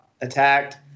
attacked